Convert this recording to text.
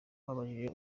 babajije